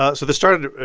ah so this started,